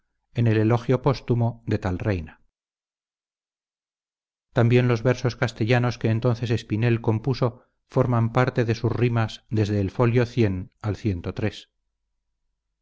en el elogio póstumo de tal reina también los versos castellanos que entonces espinel compuso forman parte de sus rimas desde el folio al aunque